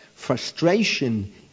Frustration